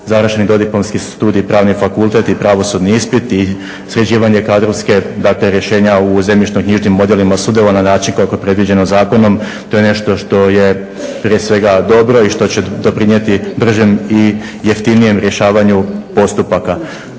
završeni dodiplomski studij, Pravni fakultet i pravosudni ispit i sređivanje kadrovske. Dakle, rješenja u zemljišno-knjižnim odjelima sudova na način kako je predviđeno zakonom. To je nešto što je prije svega dobro i što će doprinijeti bržem i jeftinijem rješavanju postupaka.